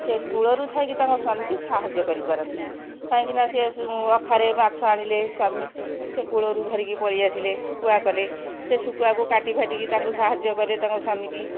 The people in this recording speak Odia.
ସେ କୂଳରୁ ଥାଇକି ତାଙ୍କ ସ୍ବାମୀକୁ ସାହାଯ୍ୟ କରିପାରନ୍ତି କାହିଁକି ନା ସେ ଅଖାରେ ମାଛ ଆଣିଲେ ସ୍ବାମୀ ସେ କୂଳରୁ ଧରିକି ପଳେଇ ଆସିଲେ ଶୁଖୁଆ କଲେ ସେ ଶୁଖୁଆକୁ କାଟି ଭାଟିକି ତାଙ୍କୁ ସାହାଯ୍ୟ କଲେ ତାଙ୍କ ସ୍ବାମୀ କି